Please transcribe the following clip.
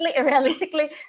realistically